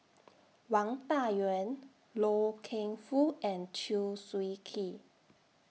Wang Dayuan Loy Keng Foo and Chew Swee Kee